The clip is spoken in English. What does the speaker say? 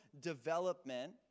development